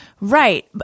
Right